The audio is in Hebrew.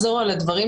הבנק